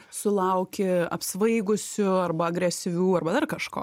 sulauki apsvaigusių arba agresyvių arba dar kažko